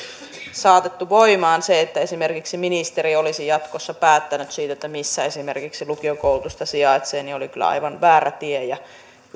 saatettu voimaan se että esimerkiksi ministeriö olisi jatkossa päättänyt siitä missä esimerkiksi lukiokoulutusta sijaitsee oli kyllä aivan väärä tie ja